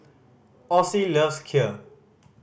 Osie loves Kheer